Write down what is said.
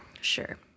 Sure